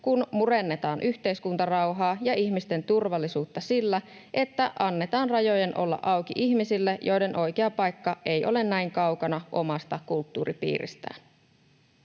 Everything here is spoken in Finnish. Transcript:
kun murennetaan yhteiskuntarauhaa ja ihmisten turvallisuutta sillä, että annetaan rajojen olla auki ihmisille, joiden oikea paikka ei ole näin kaukana omasta kulttuuripiiristään.